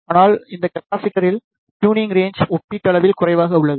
ஆனால் இந்த கெப்பாஸிட்டர்களில் ட்யுண்ணிங் ரேன்ச் ஒப்பீட்டளவில் குறைவாக உள்ளது